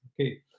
okay